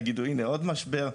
יגידו הנה עוד משבר.